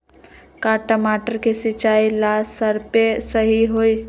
का टमाटर के सिचाई ला सप्रे सही होई?